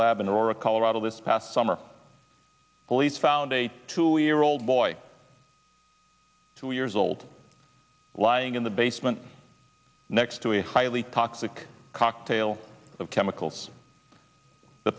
aurora colorado this past summer police found a two year old boy two years old lying in the basement next to a highly toxic cocktail of chemicals the